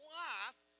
life